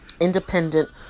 Independent